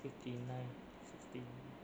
fifty nine sixty